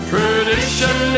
Tradition